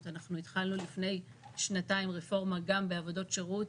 התחלנו לפני שנתיים רפורמה גם בעבודות שירות